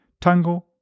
Tango